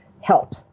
help